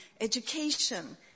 education